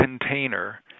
container